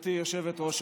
גברתי היושבת-ראש,